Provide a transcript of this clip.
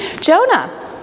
Jonah